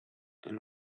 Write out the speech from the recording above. and